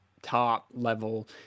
top-level